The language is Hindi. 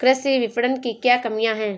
कृषि विपणन की क्या कमियाँ हैं?